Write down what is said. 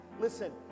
listen